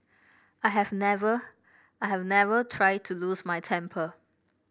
I have never I have never try to lose my temper